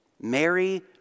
Mary